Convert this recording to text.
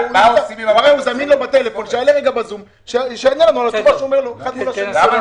שיעלה ב-זום ויענה לנו את התשובות לשאלות.